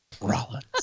Rollins